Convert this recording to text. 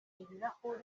ibirahure